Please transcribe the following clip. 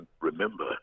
remember